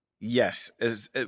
Yes